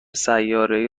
سیارهای